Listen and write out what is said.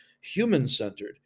human-centered